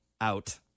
out